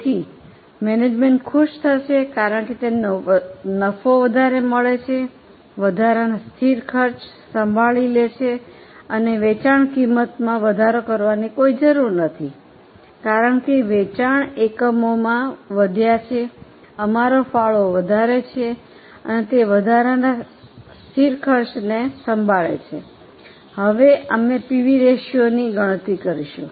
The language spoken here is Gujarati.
તેથી મેનેજમેન્ટ ખુશ થશે કારણ કે તેમને નફો વધારે મળે છે વધારાના સ્થિર ખર્ચ સંભાળી લે છે અને વેચાણ કિંમતમાં વધારો કરવાની કોઈ જરૂર નથી કારણ કે વેચાણ એકમોમાં વધ્યા છે અમારો ફાળો વધારે છે અને તે વધારાના સ્થિર ખર્ચને સંભાળે છે હવે અમે પીવી રેશિયોની ગણતરી કરીશું